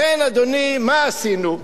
לכן, אדוני, מה עשינו?